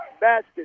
basket